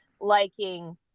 liking